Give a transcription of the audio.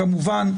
כמובן,